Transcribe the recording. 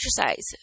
exercise